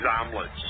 omelets